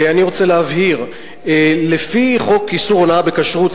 אני רוצה להבהיר: לפי חוק איסור הונאה בכשרות,